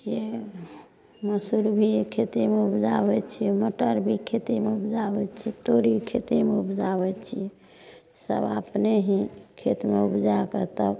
छियै मूसर भी खेतेमे उपजाबैत छियै मटर भी खेतेमे उपजाबैत छियै तोरी खेतेमे उपजाबैत छियै सब अपने ही खेतेमे उपजाके तब